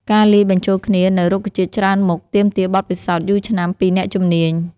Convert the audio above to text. ការលាយបញ្ចូលគ្នានូវរុក្ខជាតិច្រើនមុខ ទាមទារបទពិសោធន៍យូរឆ្នាំពីអ្នកជំនាញ។